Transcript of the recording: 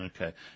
Okay